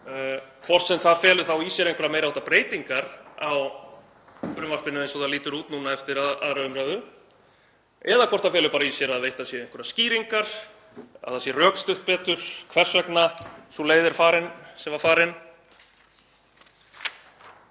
hvort sem það felur þá í sér einhverjar meiri háttar breytingar á frumvarpinu eins og það lítur út núna eftir 2. umræðu eða hvort það felur bara í sér að veittar séu einhverjar skýringar, að það sé rökstutt betur hvers vegna sú leið er farin sem var valin.